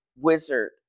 Wizard